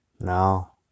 No